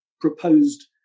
proposed